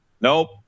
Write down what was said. Nope